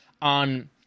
On